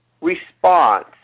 response